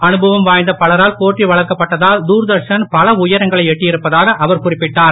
அனுபவம் வாய்ந்த பலரால் போற்றி வளர்க்கப் பட்டதால் தூர்தர்ஷன் பல உயரங்களை எட்டியிருப்பதாக அவர் குறிப்பிட்டார்